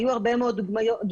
היו הרבה מאוד דוגמאות,